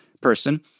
person